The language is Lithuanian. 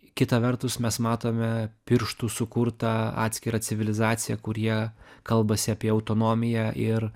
kita vertus mes matome pirštų sukurtą atskirą civilizaciją kurie kalbasi apie autonomiją ir